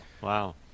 Wow